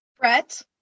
Brett